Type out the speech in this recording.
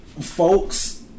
folks